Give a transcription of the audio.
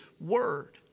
word